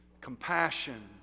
compassion